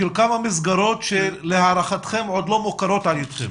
להערתכם כמה מסגרות עוד לא מוכרות על ידכם?